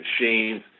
machines